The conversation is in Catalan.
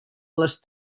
les